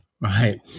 right